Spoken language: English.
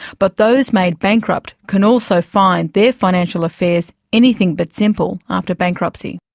but those made bankrupt can also find their financial affairs anything but simple after bankruptcy.